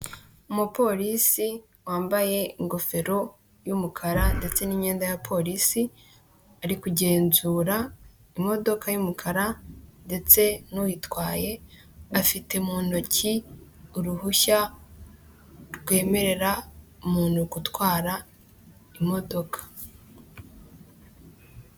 Umupolisi wambaye ingofero y'umukara ndetse n'imyenda ya polisi, ari kugenzura imodoka y'umukara ndetse n’ uyitwaye afite mu ntoki uruhushya rwemerera umuntu gutwara imodoka.